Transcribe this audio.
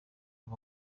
aba